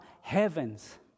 heavens